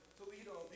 Toledo